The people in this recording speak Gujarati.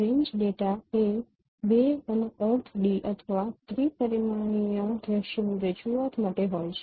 રેન્જ ડેટા એ ૨ બે અને અર્ધ ડી અથવા ત્રિ પરિમાણીય દ્રશ્યની રજૂઆત માટે હોય છે